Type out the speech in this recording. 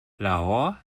lahore